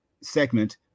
segment